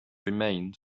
remained